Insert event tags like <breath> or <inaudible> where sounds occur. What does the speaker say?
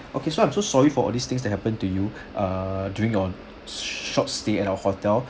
okay so I'm so sorry for all these things that happened to you <breath> err during your short stay at our hotel